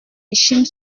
échine